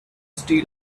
steel